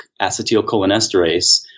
acetylcholinesterase